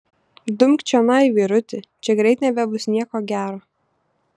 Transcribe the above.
dumk čionai vyruti čia greit nebebus nieko gero